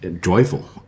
joyful